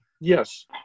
Yes